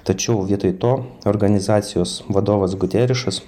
tačiau vietoj to organizacijos vadovas gutierešas